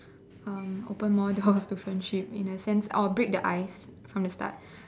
um open more doors to friendship in a sense I will break the ice from the start